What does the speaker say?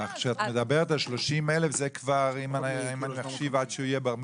כשאת מדברת על 30,000 זה אם מחשיבים עד שהוא יהיה בר מצווה.